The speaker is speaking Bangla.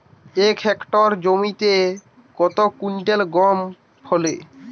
এক হেক্টর জমিতে কত কুইন্টাল গম ফলে?